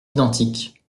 identiques